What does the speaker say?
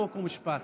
חוק ומשפט.